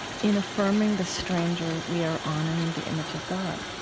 in affirming the stranger, we are honoring the image of god.